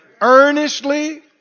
earnestly